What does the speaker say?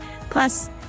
Plus